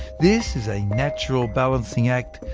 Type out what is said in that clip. this is a natural balancing act,